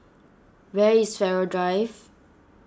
where is Farrer Drive